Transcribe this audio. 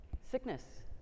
Sickness